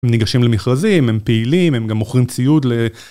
ניגשים למכרזים הם פעילים הם גם מוכרים ציוד ל...